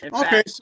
Okay